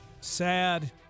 Sad